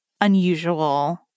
unusual